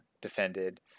defended